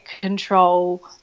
control